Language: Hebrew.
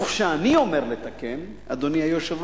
וכשאני אומר "לתקן", אדוני היושב-ראש,